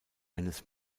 eines